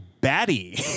batty